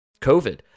COVID